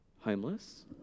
homeless